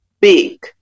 big